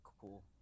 cool